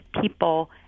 people